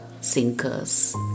sinkers